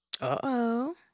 Uh-oh